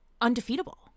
undefeatable